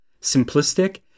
simplistic